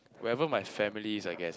where ever my family is I guess